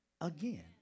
again